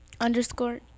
underscore